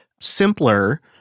simpler